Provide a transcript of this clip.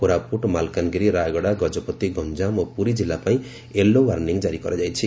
କୋରାପୁଟ ମାଲକାଗିରି ରାୟଗଡା ଗଜପତି ଗଞ୍ଞାମ ଓ ପୁରୀ ଜିଲ୍ଲା ପାଇଁ ୟେଲୋ ଓ୍ୱାର୍ଖିଂ ଜାରି କରାଯାଇଛି